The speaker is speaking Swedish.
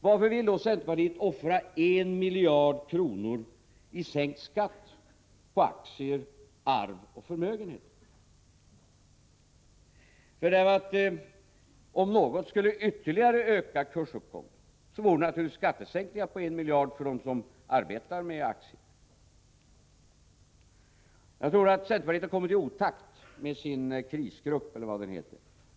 Varför vill då centerpartiet offra 1 miljard kronor i sänkt skatt på aktier, arv och förmögenheter? Om något skulle ytterligare öka kursuppgången, så skulle naturligtvis skattesänkningar på 1 miljard för dem som arbetar med aktier göra det. Centerpartiet har kommit i otakt med sin krisgrupp, eller vad det nu heter.